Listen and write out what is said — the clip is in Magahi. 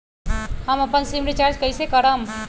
हम अपन सिम रिचार्ज कइसे करम?